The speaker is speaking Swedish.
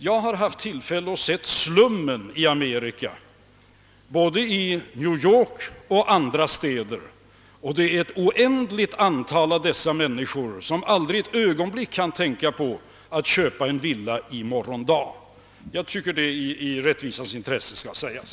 Jag har haft tillfälle att i Amerika se slummen i både New York och andra städer. Ett oändligt antal människor kan inte ett ögonblick tänka på att köpa en villa i morgon. Jag tycker att detta i rättvisans intresse bör sägas.